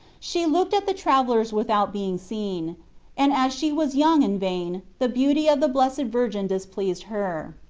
she looked at the travellers without being seen and as she was young and vain, the beauty of the blessed virgin displeased her.